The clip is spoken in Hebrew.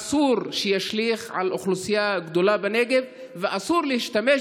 אסור שישליך על אוכלוסייה גדולה בנגב ואסור להשתמש